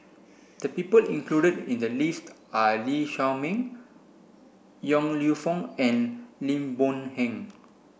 the people included in the list are Lee Shao Meng Yong Lew Foong and Lim Boon Heng